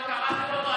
לא קראתם אותו.